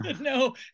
No